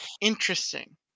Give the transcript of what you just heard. interesting